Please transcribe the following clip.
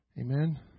Amen